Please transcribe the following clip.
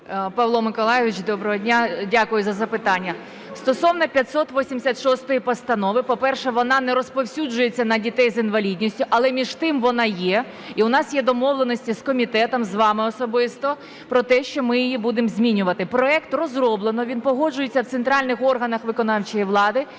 Павло Миколайович, доброго дня! Дякую за запитання. Стосовно 586 Постанови. По-перше, вона не розповсюджується на дітей з інвалідністю, але, між тим, вона є. І у нас є домовленості з комітетом, з вами особисто про те, що ми її будемо змінювати. Проект розроблено, він погоджується в центральних органах виконавчої влади.